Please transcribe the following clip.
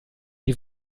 die